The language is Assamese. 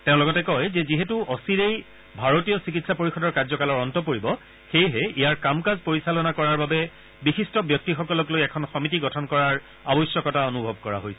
তেওঁ লগতে কয় যে যিহেতু অচিৰেই ভাৰতীয় চিকিৎসা পৰিযদৰ কাৰ্যকালৰ অন্ত পৰিব সেয়েহে ইয়াৰ কাম কাজ পৰিচালনা কৰাৰ বাবে বিশিষ্ট ব্যক্তিসকল লৈ এখন কমিটি গঠন কৰাৰ আৱশ্যকতা অনূভৱ কৰা হৈছে